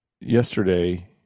Yesterday